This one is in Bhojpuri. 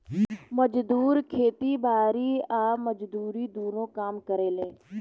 मजदूर खेती बारी आ मजदूरी दुनो काम करेले